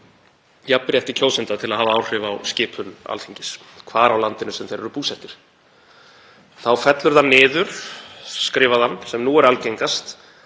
jafnrétti kjósenda til að hafa áhrif á skipun Alþingis hvar á landinu sem þeir væru búsettir. „Þá fellur það niður, sem nú er algengast,